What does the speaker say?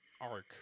arc